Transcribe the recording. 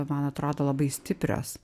man atrodo labai stiprios